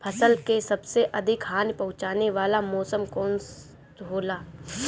फसल के सबसे अधिक हानि पहुंचाने वाला मौसम कौन हो ला?